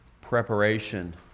preparation